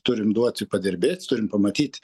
turim duoti padirbėt turim pamatyt